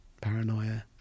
paranoia